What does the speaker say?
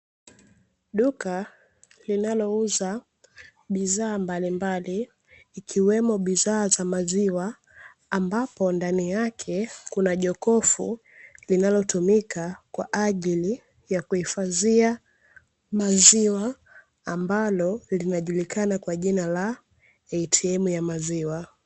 Duka linalouza bidhaa mbalimbali, ikiwemo bidhaa za maziwa, ambapo ndani yake kuna jokofu linalotumika kwa ajili ya kuhifadhia maziwa, ambalo linajulikana kwa jina la ''ATM ya maziwa''.